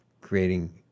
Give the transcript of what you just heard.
creating